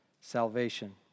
salvation